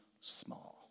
small